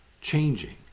changing